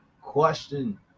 question